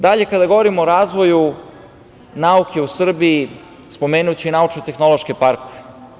Dalje, kada govorimo o razvoju nauke u Srbiji, spomenuću i nsučno- tehnološke parkove.